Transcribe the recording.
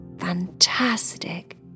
fantastic